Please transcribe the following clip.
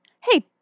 Hey